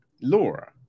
Laura